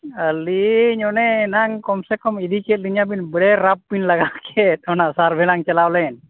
ᱟᱹᱞᱤᱧ ᱚᱱᱮ ᱮᱱᱟᱝ ᱠᱚᱢ ᱥᱮ ᱠᱚᱢ ᱤᱫᱤᱠᱮᱫ ᱞᱤᱧᱟᱹᱵᱮᱱ ᱵᱮᱡᱟᱭ ᱨᱟᱯᱷᱵᱤᱱ ᱞᱟᱜᱟᱠᱮᱫ ᱚᱱᱟ ᱥᱟᱨᱵᱷᱮᱞᱟᱝ ᱪᱟᱞᱟᱣᱞᱮᱱ